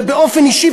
ובאופן אישי,